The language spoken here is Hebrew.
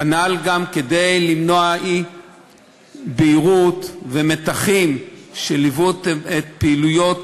כנ"ל גם כדי למנוע אי-בהירות ומתחים שליוו את פעילויות